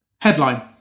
Headline